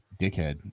dickhead